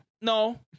No